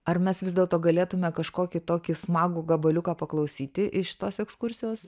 ar mes vis dėlto galėtume kažkokį tokį smagų gabaliuką paklausyti iš tos ekskursijos